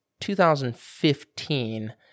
2015